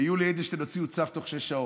ליולי אדלשטיין הוציאו צו תוך שש שעות.